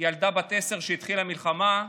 ילדה בת עשר כשהתחילה המלחמה,